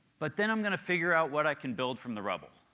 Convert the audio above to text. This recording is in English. but then i'm going to figure out what i can build from the rubble.